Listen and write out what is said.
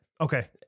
Okay